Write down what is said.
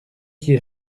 qui